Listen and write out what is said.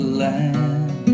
land